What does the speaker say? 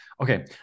okay